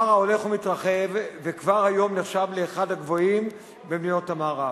פער ההולך ומתרחב וכבר היום נחשב לאחד הגבוהים במדינות המערב.